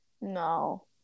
no